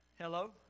Hello